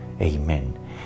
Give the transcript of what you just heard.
Amen